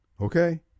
Okay